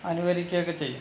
അനുകരിക്കുകയൊക്കെ ചെയ്യും